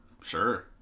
Sure